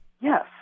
Yes